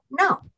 No